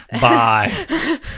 Bye